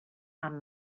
amb